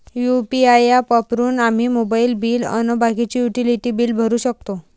UPI app वापरून आम्ही mobile bill अन बाकीचे युटिलिटी बिल भरू शकतो